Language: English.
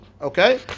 okay